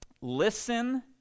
listen